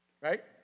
Right